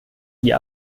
die